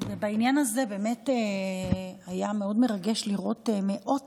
בעניין הזה היה מאוד מרגש לראות מאות